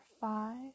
five